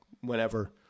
whenever